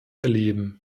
erleben